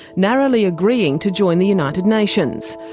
narrowly agreeing to join the united nations.